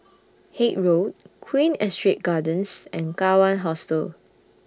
Haig Road Queen Astrid Gardens and Kawan Hostel